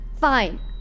Fine